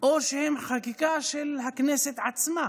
או שהן חקיקה של הכנסת עצמה.